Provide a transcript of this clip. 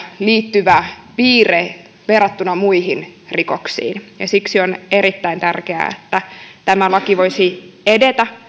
liittyvä piirre verrattuna muihin rikoksiin siksi on erittäin tärkeää että tämä laki voisi edetä